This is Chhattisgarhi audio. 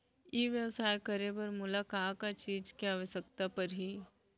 ई व्यवसाय करे बर मोला का का चीज के आवश्यकता परही?